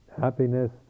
happiness